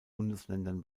bundesländern